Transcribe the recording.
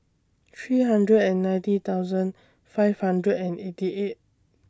three hundred and ninety thousand five hundred and eighty eight